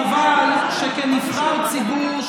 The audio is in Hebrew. חבל שכנבחר ציבור,